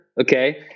Okay